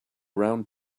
round